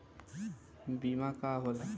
बीमा का होला?